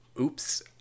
oops